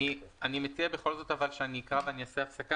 אני מציע בכל זאת שאקרא ואעשה הפסקה